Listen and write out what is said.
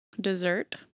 Dessert